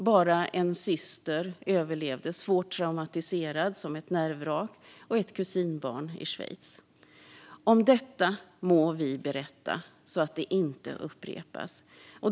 Bara en syster överlevde som ett nervvrak, svårt traumatiserad, och ett kusinbarn i Schweiz. Om detta må vi berätta så att det inte upprepas.